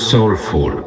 Soulful